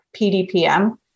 PDPM